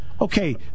Okay